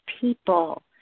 people